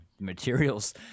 materials